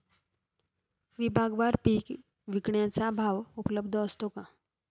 विभागवार पीक विकण्याचा भाव उपलब्ध असतो का?